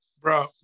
Bro